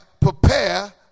prepare